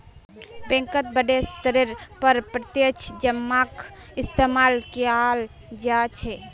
बैंकत बडे स्तरेर पर प्रत्यक्ष जमाक इस्तेमाल कियाल जा छे